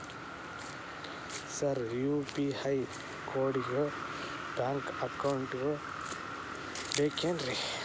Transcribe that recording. Sir UPI ಕೋಡಿಗೂ bank account ಬೇಕೆನ್ರಿ?